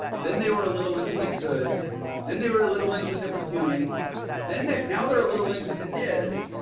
then they were a little engine that could then they were a little engine that was doing then that now they're a little engine that did.